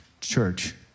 church